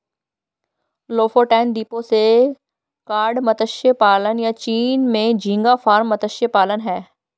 Lofoten द्वीपों से cod मत्स्य पालन, या चीन में झींगा फार्म मत्स्य पालन हैं